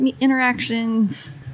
interactions